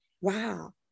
wow